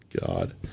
God